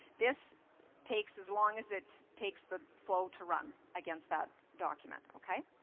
this takes as long as it takes the flow to run against that document. okay.